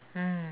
mm